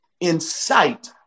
incite